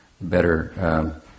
better